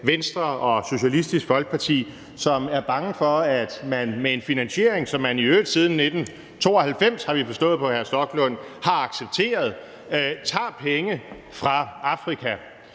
Venstre og Socialistisk Folkeparti, som er bange for, at man med en finansiering, som man i øvrigt siden 1992, har vi forstået på hr.